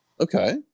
Okay